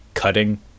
cutting